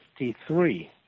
53